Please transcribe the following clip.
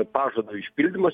pažado išpildymas